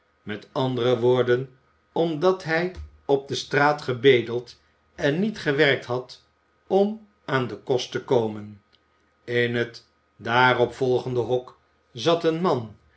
met andere woorden omdat hij op de straat gebedeld en niet gewerkt had om aan den kost te komen in het daarop volgende hok zat een man